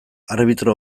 arbitro